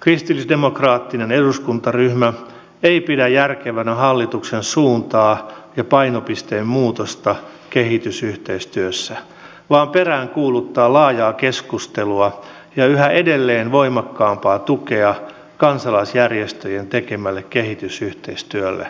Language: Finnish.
kristillisdemokraattinen eduskuntaryhmä ei pidä järkevänä hallituksen suuntaa ja painopisteen muutosta kehitysyhteistyössä vaan peräänkuuluttaa laajaa keskustelua ja yhä edelleen voimakkaampaa tukea kansalaisjärjestöjen tekemälle kehitysyhteistyölle